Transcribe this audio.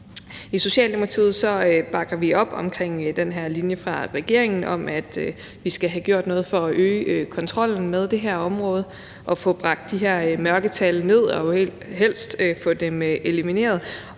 I Socialdemokratiet bakker vi op om den her linje fra regeringen, der handler om, at vi skal have gjort noget for at øge kontrollen med det her område og få bragt de her mørketal ned og helst få dem elimineret,